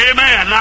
Amen